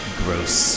gross